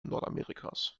nordamerikas